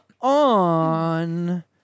on